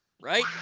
right